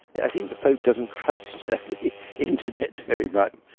i think the pope doesn't trust the internet very but